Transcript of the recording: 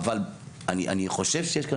אני חושב שיש כאן אי